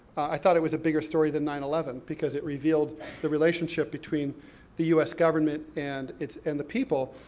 i thought it was a bigger story than nine eleven, because it revealed the relationship between the u s. government and its, and the people.